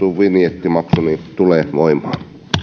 vinjettimaksu tulee voimaan